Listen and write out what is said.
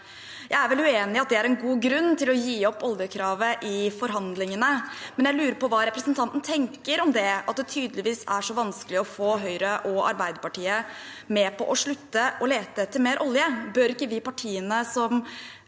Jeg er vel uenig i at det er en god grunn til å gi opp oljekravet i forhandlingene, men jeg lurer på hva representanten tenker om at det tydeligvis er så vanskelig å få Høyre og Arbeiderpartiet med på å slutte å lete etter mer olje. Bør ikke de partiene som